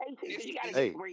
Hey